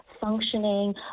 functioning